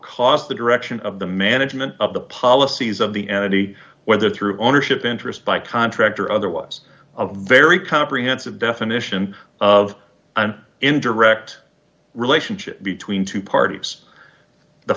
cost the direction of the management of the policies of the entity whether through ownership interest by contract or otherwise of very comprehensive definition of an indirect relationship between two parties the